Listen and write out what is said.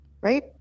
right